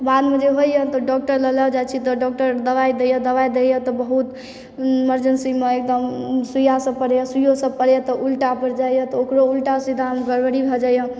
बादमे जे होइए तऽ डॉक्टर लग लए जाइ छी तऽ डॉक्टर दबाइ दै यऽ दबाइ दै यऽ तऽ बहुत इमर्जेन्सीमे एकदम सूइआ सब पड़ैए सूईयाँ सब पड़ैए तऽ उलटा पयर जाइ यऽ तऽ ओकरो उलटा सीधा गड़बड़ी भऽ जाइ यऽ